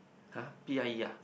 !huh! P_I_E ah